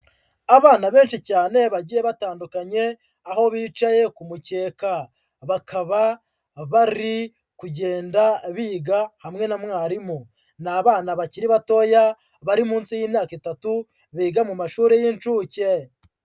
Abana benshi cyane bagiye batandukanye, aho bicaye ku mukeka, bakaba bari kugenda biga hamwe na mwarimu, ni abana bakiri batoya bari munsi y'imyaka itatu biga mu mashuri y'incuke.